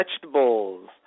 vegetables